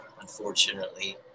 unfortunately